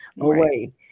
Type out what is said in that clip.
away